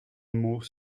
mot